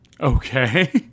Okay